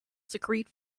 secrete